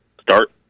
start